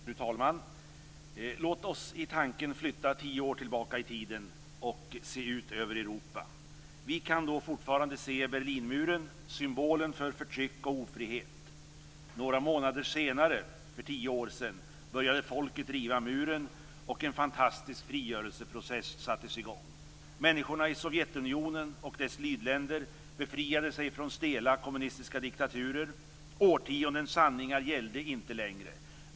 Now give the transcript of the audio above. Fru talman! Låt oss i tanken flytta tio år tillbaka i tiden och se ut över Europa. Vi kan då fortfarande se Berlinmuren, symbolen för förtryck och ofrihet. Några månader senare, för tio år sedan, började folket riva muren och en fantastisk frigörelseprocess sattes i gång. Människorna i Sovjetunionen och dess lydländer befriade sig från stela kommunistiska diktaturer; årtiondens sanningar gällde inte längre.